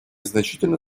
значительно